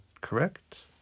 correct